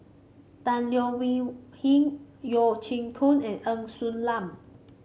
Tan Leo Wee Hin Yeo Siak Goon and Ng Woon Lam